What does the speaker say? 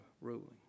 ruling